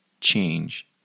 change